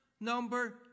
number